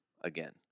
again